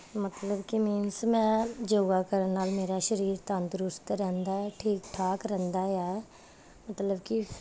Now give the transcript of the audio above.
ਮਤਲਬ ਕਿ ਮੀਨਸ ਮੈਂ ਯੋਗਾ ਕਰਨ ਨਾਲ ਮੇਰਾ ਸਰੀਰ ਤੰਦਰੁਸਤ ਰਹਿੰਦਾ ਠੀਕ ਠਾਕ ਰਹਿੰਦਾ ਹੈ ਆ ਮਤਲਬ ਕਿ